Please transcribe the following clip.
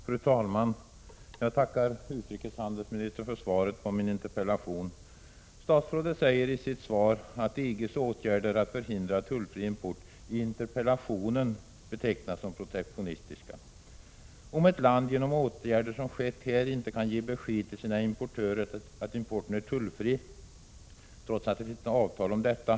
Fru talman! Jag tackar utrikeshandelsministern för svaret på min interpellation. Statsrådet säger i sitt svar att EG:s åtgärder för att förhindra tullfri import i interpellationen betecknas som protektionistiska. Ett land kan på grund av åtgärder av detta slag inte ge besked till sina importörer att importen är tullfri, trots att det finns avtal om detta.